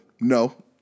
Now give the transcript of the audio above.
No